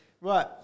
Right